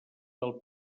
del